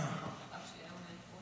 תודה רבה, אדוני היושב-ראש.